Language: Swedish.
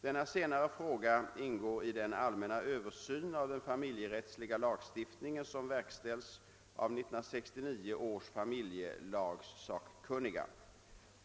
Denna senare fråga ingår i den allmänna översyn av den familjerättsliga lagstiftningen som verkställs av 1969 års familjelagssakkunniga.